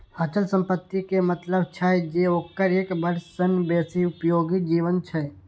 अचल संपत्ति के मतलब छै जे ओकर एक वर्ष सं बेसी उपयोगी जीवन छै